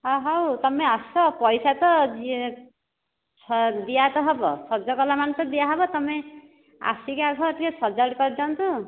ହଁ ହେଉ ତୁମେ ଆସ ପଇସା ତ ଯିଏ ଦିଆ ତ ହେବ ସଜ କଲାମାନେ ତ ଦିଆ ହେବ ତୁମେ ଆସିକି ଆଗ ଟିକିଏ ସଜାଡି ତ ଦିଅନ୍ତ